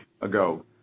ago